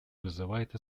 вызывает